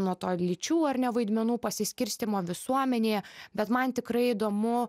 nuo to lyčių ar ne vaidmenų pasiskirstymo visuomenėje bet man tikrai įdomu